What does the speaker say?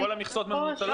וכל המכסות מנוצלות?